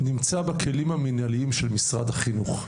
נמצא בכלים המנהליים של משרד החינוך.